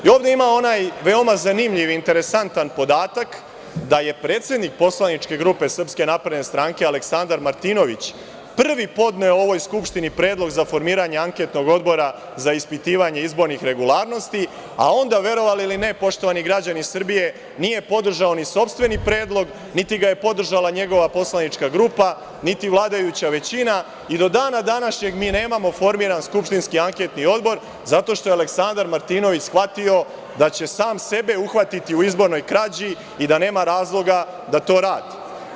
I ovde ima onaj veoma zanimljiv, interesantan podatak da je predsednik poslaničke grupe SNS Aleksandar Martinović prvi podneo ovoj Skupštini predlog za formiranje anketnog odbora za ispitivanje izbornih regularnosti, a onda verovali ili ne, poštovani građani Srbije, nije podržao ni sopstveni predlog, niti ga je podržala njegova poslanička grupa, niti vladajuća većina i do dana današnjeg mi nemamo formiran skupštinski anketni odbor, zato što je Aleksandar Martinović shvatio da će sam sebe uhvatiti u izbornoj krađi, i da nema razloga da to radi.